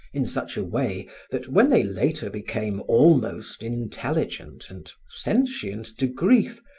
in such a way that when they later became almost intelligent and sentient to grief,